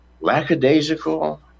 lackadaisical